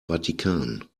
vatikan